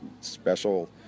Special